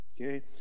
okay